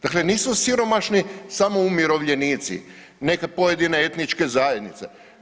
Dakle, nisu siromašni samo umirovljenici, neke pojedine etničke zajednice.